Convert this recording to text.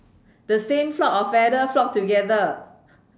the same flock of feather flock together